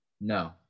No